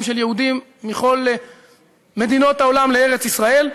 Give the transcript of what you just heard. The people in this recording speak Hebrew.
של יהודים מכל מדינות העולם לארץ-ישראל.